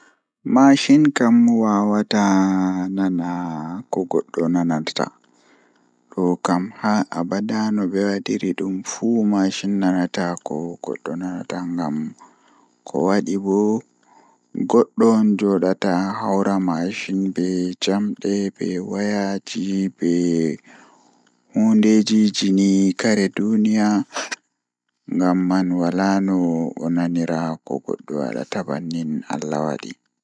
Ko ɗum ɗi woodi waawugol waɗde, kono ɗum ɗuum faamataa no waɗata hakkunde njararɗe e ɗuum waɗal ɗum. Aɗa ɗoɗi ngam sembe ɓe weltaari e maɓɓe waɗi waɗitde koɗɗinɗe waɗataa ko waɗude gonɗal neɗɗo. Konngol ɓe waɗata heɓde semmbugol waɗi kadi laaɓtoode njikkitaaɗe, kono waɗal ɓe ɗi heɓanaa njogorde ɗe waɗitde ɗum waɗaa heɓde.